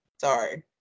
Sorry